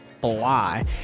fly